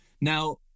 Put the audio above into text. now